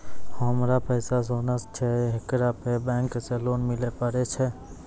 हमारा पास सोना छै येकरा पे बैंक से लोन मिले पारे छै?